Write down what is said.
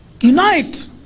unite